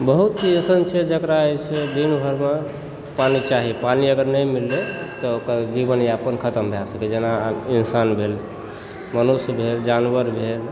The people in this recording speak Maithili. बहुत चीज एहन छै जकरा जे छै जकरा जे से दिन भरि पानि चाही पानि अगर नहि मिललै तऽ ओकर जीवन यापन खतम भए सकै छै जेना अहाँके इंसान भेल मनुष्य भेल जानवर भेल